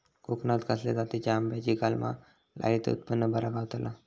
कोकणात खसल्या जातीच्या आंब्याची कलमा लायली तर उत्पन बरा गावताला?